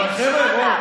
מי הכשיר אותם?